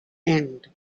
end